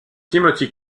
timothy